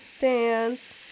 dance